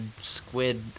squid